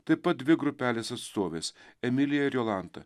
taip pat dvi grupelės atstovės emilija ir jolanta